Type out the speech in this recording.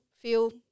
feel